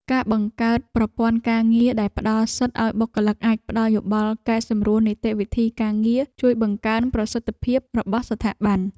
ការបង្កើតប្រព័ន្ធការងារដែលផ្តល់សិទ្ធិឱ្យបុគ្គលិកអាចផ្តល់យោបល់កែសម្រួលនីតិវិធីការងារ ជួយបង្កើនប្រសិទ្ធភាពរបស់ស្ថាប័ន។